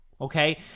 Okay